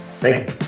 thanks